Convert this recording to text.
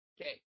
Okay